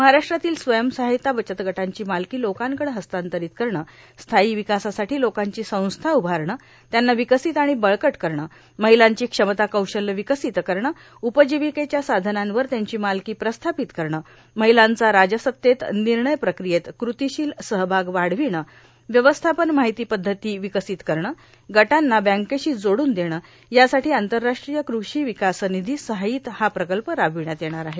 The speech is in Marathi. महाराष्ट्रातील स्वयंसहाय्यता बचतगटांची मालकी लोकांकडे हस्तांतरित करणे स्थायी विकासासाठी लोकांची संस्था उभारणे त्यांना विकसित आणि बळकट करणे महिलांची क्षमता कौशल्य विकसित करणे उपजिविकेच्या साधनांवर त्यांची मालकी प्रस्थापित करणे महिलांचा राजसत्तेत निर्णय प्रकियेत कृतीशील सहभाग वाढविणे व्यवस्थापन माहिती पद्धती विकसित करणे गटांना बँकेशी जोडून देणे यासाठी आंतरराष्ट्रीय कृषी विकास निधी सहाय्यित हा प्रकल्प राबविण्यात येणार आहे